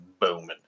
booming